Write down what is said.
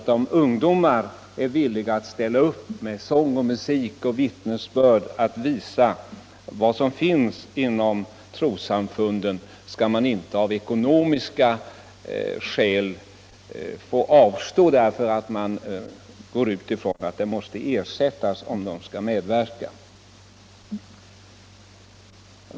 De ungdomar som frivilligt ställer upp med sång, musik och vittnesbörd för att visa vad som finns inom trossamfunden skall inte behöva avstå därför att man utgår ifrån att det skall ersättas om de skall medverka.